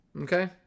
Okay